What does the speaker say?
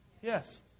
Yes